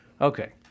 Okay